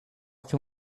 can